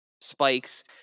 spikes